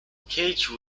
cage